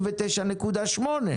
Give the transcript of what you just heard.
קיים בפועל.